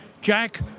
Jack